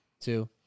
two